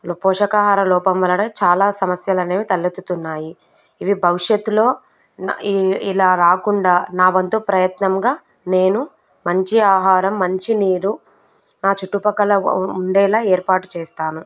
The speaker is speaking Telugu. పోషకాహార లోపం వలన చాలా సమస్యలు అనేవి తలెత్తుతున్నాయి ఇవి భవిష్యత్తులో ఇలా రాకుండా నా వంతు ప్రయత్నంగా నేను మంచి ఆహారం మంచినీరు నా చుట్టుపక్కల ఉం ఉండేలా ఏర్పాటు చేస్తాను